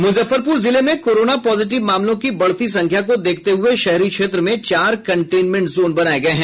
मुजफ्फरपुर जिले में corona positive मामलों की बढ़ती संख्या को देखते हुये शहरी क्षेत्र में चार कनटेनमेंट जोन बनाये गये हैं